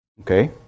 Okay